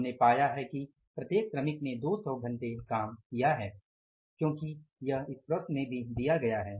हमने पाया है कि प्रत्येक श्रमिक ने 200 घंटे काम किया है क्योंकि यह प्रश्न में भी दिया गया है